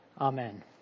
Amen